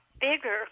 bigger